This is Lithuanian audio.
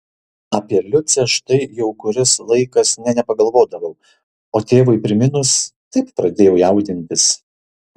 apie liucę štai jau kuris laikas nė nepagalvodavau o tėvui priminus taip pradėjau jaudintis